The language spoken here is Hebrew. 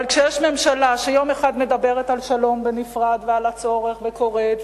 אבל כשיש ממשלה שיום אחד מדברת על שלום בנפרד ועל הצורך וקוראת,